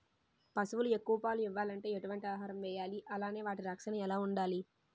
పశువులు ఎక్కువ పాలు ఇవ్వాలంటే ఎటు వంటి ఆహారం వేయాలి అలానే వాటి రక్షణ ఎలా వుండాలి?